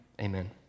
Amen